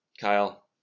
Kyle